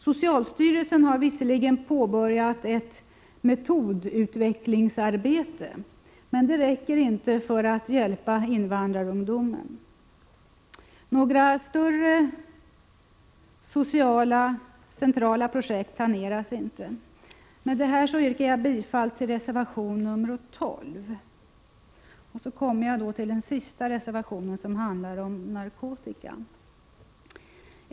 Socialstyrelsen har visserligen påbörjat ett metodutvecklingsarbete; det räcker dock inte för att hjälpa invandrarungdomen. Några större sociala centrala projekt planeras inte. Jag yrkar bifall till reservation 12. Sedan kommer jag till den sista reservationen, som handlar om narkotika.